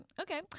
Okay